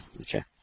Okay